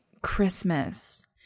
Christmas